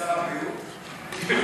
שר הבריאות?